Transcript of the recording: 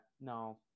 no